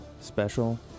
special